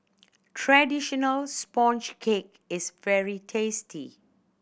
traditional sponge cake is very tasty